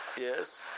Yes